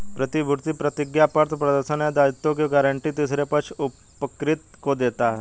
प्रतिभूति प्रतिज्ञापत्र प्रदर्शन या दायित्वों की गारंटी तीसरे पक्ष उपकृत को देता है